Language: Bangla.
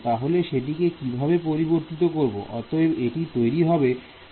তাহলে সেটিকে কীভাবে পরিবর্তিত করব